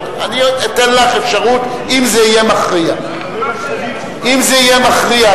אני אתן לך אפשרות, אם זה יהיה מכריע.